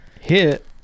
hit